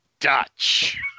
Dutch